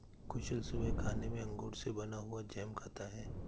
कुशल सुबह खाने में अंगूर से बना हुआ जैम खाता है